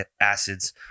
acids